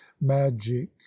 Magic